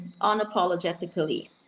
unapologetically